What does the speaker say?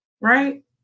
right